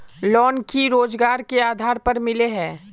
Loan की रोजगार के आधार पर मिले है?